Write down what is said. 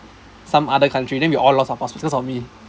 some other country then we all lost our passport because of me